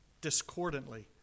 Discordantly